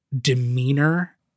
demeanor